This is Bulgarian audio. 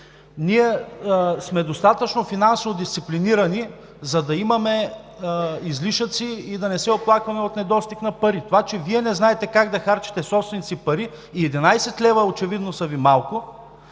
Ние сме достатъчно финансово дисциплинирани, за да имаме излишъци и да не се оплакваме от недостиг на пари. Това, че Вие не знаете как да харчите собствените си пари – и 11 лв. очевидно са Ви малко,